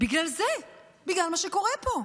בגלל זה, בגלל מה שקורה פה.